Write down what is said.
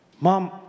Mom